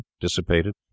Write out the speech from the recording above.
dissipated